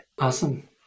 Awesome